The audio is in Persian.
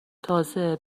تازه